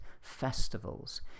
festivals